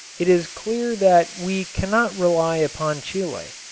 it is clear that we cannot rely upon chile,